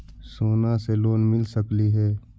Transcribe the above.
सोना से लोन मिल सकली हे?